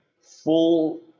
full